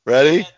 Ready